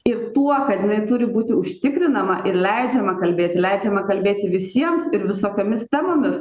ir tuo kad neturi būti užtikrinama ir leidžiama kalbėti leidžiama kalbėti visiems ir visokiomis temomis